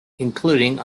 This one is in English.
including